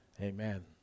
Amen